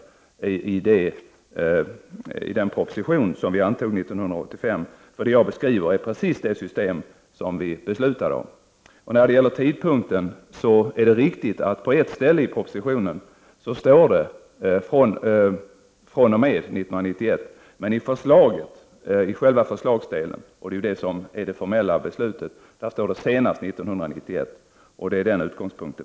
Det är bara att studera den proposition som antogs 1985. Det jag beskriver är precis det system som vi då beslutade om. När det gäller tidpunkten är det riktigt att det på ett ställe i propositionen står ”fr.o.m. 1991”. Men i förslaget, och det är ju det formella beslutet, står det ”senast 1991”. Det är det som vi har som utgångspunkt.